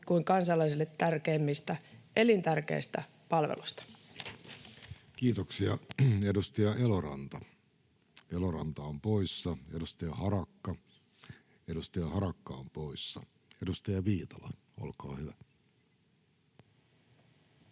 kuin kansalaisille tärkeimmistä, elintärkeistä palveluista. Kiitoksia. — Edustaja Eloranta on poissa, edustaja Harakka on poissa. — Edustaja Viitala, olkaa hyvä.